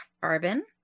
Carbon